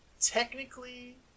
technically